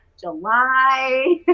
july